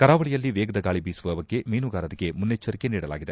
ಕರಾವಳಿಯಲ್ಲಿ ವೇಗದ ಗಾಳಿ ಬೀಸುವ ಬಗ್ಗೆ ಮೀನುಗಾರರಿಗೆ ಮುನ್ನೆಚ್ಚರಿಕೆ ನೀಡಲಾಗಿದೆ